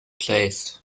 placed